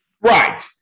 Right